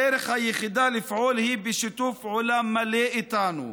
הדרך היחידה לפעול היא בשיתוף פעולה מלא איתנו,